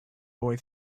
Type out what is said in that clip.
boy